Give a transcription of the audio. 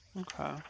okay